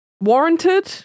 Warranted